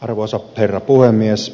arvoisa herra puhemies